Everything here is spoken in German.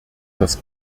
das